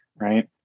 right